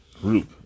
group